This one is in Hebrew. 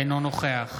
אינו נוכח